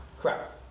Correct